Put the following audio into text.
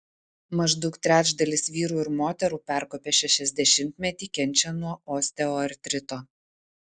maždaug trečdalis vyrų ir moterų perkopę šešiasdešimtmetį kenčia nuo osteoartrito